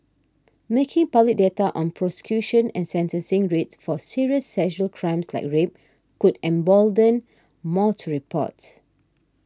making public data on prosecution and sentencing rates for serious sexual crimes like rape could embolden more to report